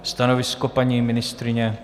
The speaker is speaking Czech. Stanovisko paní ministryně?